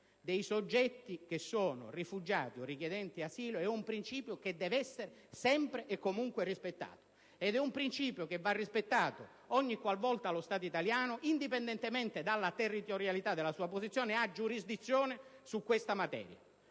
dei soggetti che sono rifugiati o richiedenti asilo deve essere sempre e comunque rispettato. È un principio che va rispettato ogni qualvolta lo Stato italiano, indipendentemente dalla territorialità della sua posizione, ha giurisdizione su questa materia.